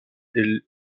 est